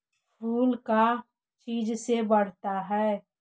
फूल का चीज से बढ़ता है?